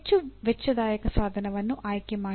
ಹೆಚ್ಚು ವೆಚ್ಚದಾಯಕ ಸಾಧನವನ್ನು ಆಯ್ಕೆಮಾಡಿ